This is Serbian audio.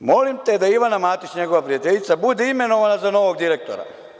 Kaže – molim te da Ivana Matić, njegova prijateljica, bude imenovana za novog direktora.